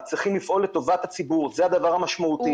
צריך לפעול לטובת הציבור וזה הדבר המשמעותי.